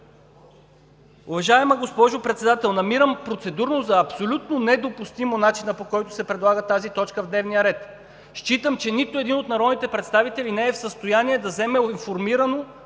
Уважаема госпожо Председател, намирам процедурно за абсолютно недопустим начинът, по който се предлага тази точка в дневния ред. Считам, че нито един от народните представители не е в състояние да вземе информирано